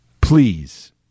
Please